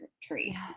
Tree